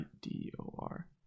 D-O-R